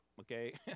okay